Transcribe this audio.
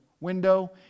window